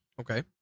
Okay